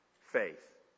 faith